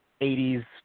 80s